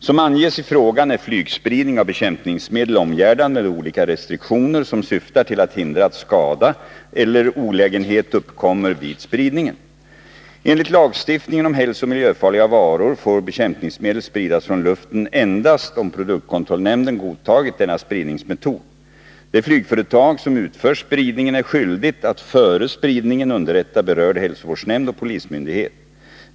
Som anges i frågan är flygspridning av bekämpningsmedel omgärdad med olika restriktioner som syftar till att hindra att skada eller olägenhet uppkommer vid spridningen. Enligt lagstiftningen om hälsooch miljöfarliga varor får bekämpningsmedel spridas från luften endast om produktkontrollnämnden godtagit denna spridningsmetod. Det flygföretag som utför spridningen är skyldigt att före spridningen underrätta berörd hälsovårdsnämnd och polismyndighet.